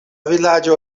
vilaĝo